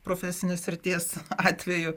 profesinės srities atveju